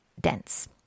dense